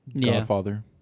Godfather